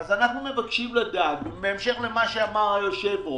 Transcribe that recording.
אנחנו מבקשים לדעת, בהמשך למה שאמר היושב-ראש,